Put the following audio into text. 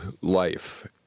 life